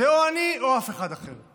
זה או אני או אף אחד אחר?